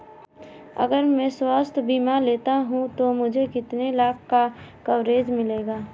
अगर मैं स्वास्थ्य बीमा लेता हूं तो मुझे कितने लाख का कवरेज मिलेगा?